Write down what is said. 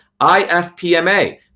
IFPMA